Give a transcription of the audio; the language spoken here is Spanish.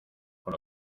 con